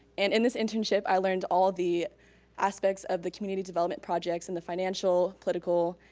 and in this internship, i learned all the aspects of the community development projects, and the financial, political,